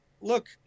Look